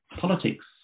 politics